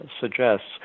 suggests